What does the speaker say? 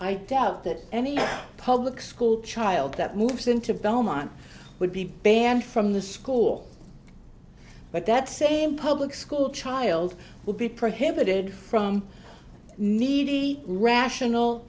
i doubt that any public school child that moves into belmont would be banned from the school but that same public school child will be prohibited from needy rational